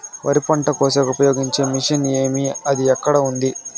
వరి పంట కోసేకి ఉపయోగించే మిషన్ ఏమి అది ఎక్కడ ఉంది?